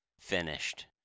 finished